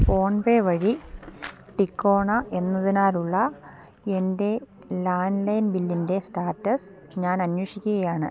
phone പേ വഴി ടികോണ എന്നതിനാലുള്ള എൻ്റെ ലാൻഡ് ലൈൻ ബില്ലിൻ്റെ സ്റ്റാറ്റസ് ഞാൻ അന്വേഷിക്കുകയാണ്